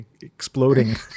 exploding